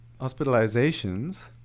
hospitalizations